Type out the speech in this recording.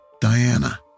Diana